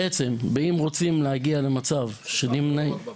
אם רוצים להגיע למצב --- סליחה, לא רק בבית.